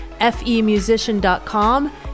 femusician.com